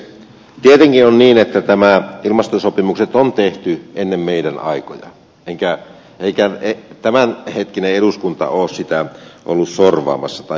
tietenkin on niin että nämä ilmastosopimukset on tehty ennen meidän aikojamme eikä tämänhetkinen eduskunta ole niitä ollut sorvaamassa tai hyväksymässä